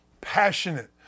Passionate